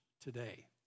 today